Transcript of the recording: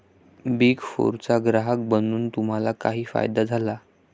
Big फोरचा ग्राहक बनून तुम्हाला काही फायदा झाला?